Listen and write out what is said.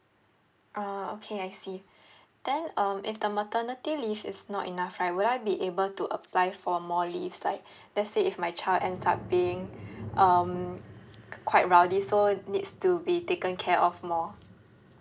ah okay I see then um if the maternity leave is not enough right would I be able to apply for more leaves like let's say if my child ends up being um quite rowdy so needs to be taken care of more